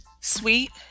sweet